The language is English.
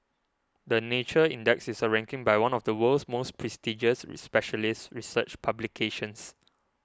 the Nature Index is a ranking by one of the world's most prestigious specialist research publications